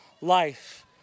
life